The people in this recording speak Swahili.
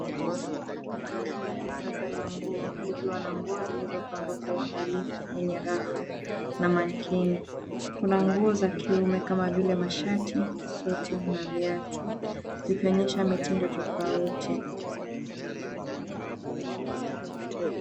Duka la kisasa la nguo, likiwa na nguo zilizopangwa kwa uangalifu kwenye rafu na mannequine . Kuna nguo za kiume kama vile mashati, suti na viatu zikionyesha mitindo tofauti.